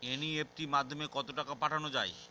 NEFT মাধ্যমে কত টাকা পাঠানো যায়?